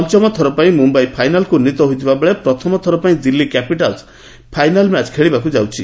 ପଞ୍ଚମଥର ପାଇଁ ମୁମ୍ୟାଇ ଫାଇନାଲକୁ ଉନ୍ନୀତ ହୋଇଥିବାବେଳେ ପ୍ରଥମଥର ପାଇଁ ଦିଲ୍ଲୀ କ୍ୟାପିଟାଲ୍ସ ଫାଇନାଲ ମ୍ୟାଚ୍ ଖେଳିବାକୁ ଯାଉଛି